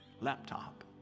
Laptop